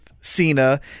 cena